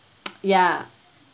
ya